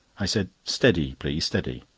i said steady, please steady!